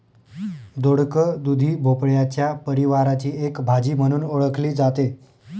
दोडक, दुधी भोपळ्याच्या परिवाराची एक भाजी म्हणून ओळखली जाते